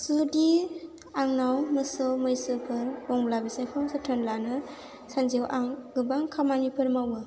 जुदि आंनाव मोसौ मैसोफोर दंब्ला बिसोरखौ जोथोन लानो सानसेआव आं गोबां खामानिफोर मावो